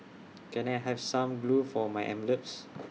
can I have some glue for my envelopes